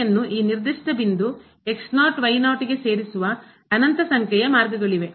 ಯನ್ನು ಈ ನಿರ್ದಿಷ್ಟ ಸೇರಿಸುವ ಅನಂತ ಸಂಖ್ಯೆಯ ಮಾರ್ಗಗಳಿವೆ